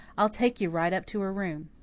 i'll take you right up to her room.